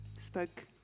spoke